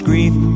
Grief